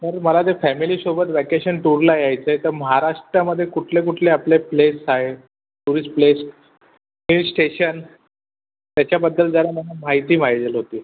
sir मला ते फॅमिलीसोबत वॅकेशन टूरला यायचं आहे तर महाराष्ट्रामध्ये कुठले कुठले आपले प्लेस आहेत टुरिस्ट प्लेस हिल स्टेशन त्याच्याबद्दल जरा मला माहिती पाहिजे होती